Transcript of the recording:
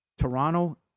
Toronto